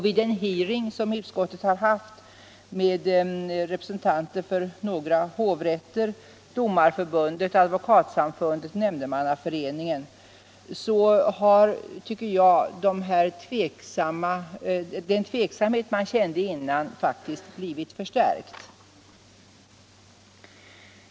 Vid den hearing som utskottet har haft med representanter för några hovrätter, Domarförbundet, Advokatsamfundet och Nämndemannaföreningen har, tycker jag, den tveksamhet man kände före hearingen faktiskt blivit förstärkt.